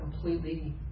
completely